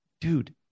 Dude